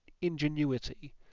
ingenuity